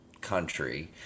country